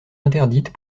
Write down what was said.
interdite